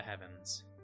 heavens